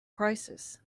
crisis